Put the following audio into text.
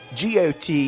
got